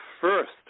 first